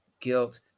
guilt